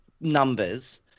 numbers